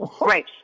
Right